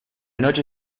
noche